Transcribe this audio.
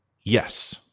Yes